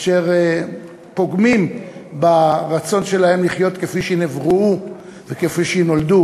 אשר פוגמים ברצון שלהם לחיות כפי שנבראו וכפי שנולדו.